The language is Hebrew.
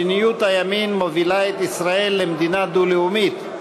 מדיניות הימין מובילה את ישראל למדינה דו-לאומית.